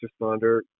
responder